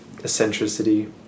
Eccentricity